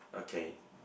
okay